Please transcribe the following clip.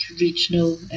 regional